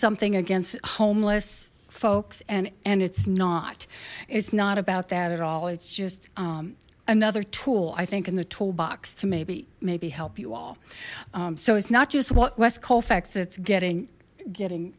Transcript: something against homeless folks and and it's not it's not about that at all it's just another tool i think in the toolbox to maybe maybe help you all so it's not just what west colfax that's getting getting